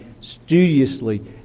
studiously